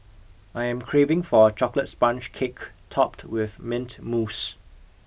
I am craving for a chocolate sponge cake topped with mint mousse